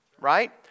Right